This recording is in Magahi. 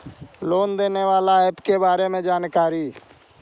लोन देने बाला ऐप के बारे मे जानकारी?